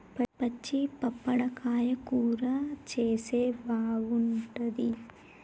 పచ్చి పప్పడకాయ కూర చేస్తే బాగుంటది, పచ్చి పప్పడకాయతో ట్యూటీ ఫ్రూటీ లు తయారు చేస్తారు